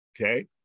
Okay